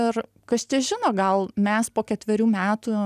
ir kas čia žino gal mes po ketverių metų